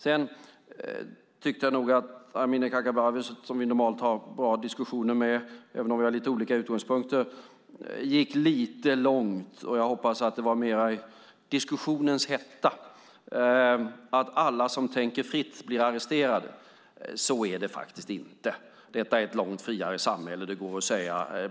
Sedan tyckte jag nog att Amineh Kakabaveh, som vi normalt har bra diskussioner med även om vi har lite olika utgångspunkter, gick lite långt, när hon sade att alla som tänker fritt blir arresterade. Jag hoppas att det var i diskussionens hetta, för så är det faktiskt inte. Detta är ett långt friare samhälle.